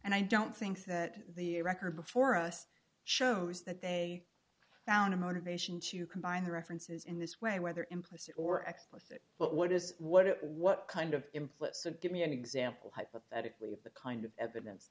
and i don't think that the record before us shows that they found a motivation to combine the references in this way whether implicit or explicit but what does what it what kind of implicit give me an example hypothetically of the kind of evidence